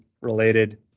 related